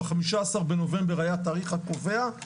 ב- 15 בנובמבר היה התאריך הקובע,